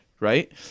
right